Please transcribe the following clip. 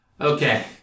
Okay